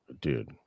Dude